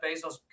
Bezos